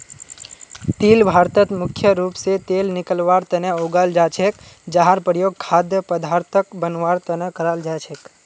तिल भारतत मुख्य रूप स तेल निकलवार तना उगाल जा छेक जहार प्रयोग खाद्य पदार्थक बनवार तना कराल जा छेक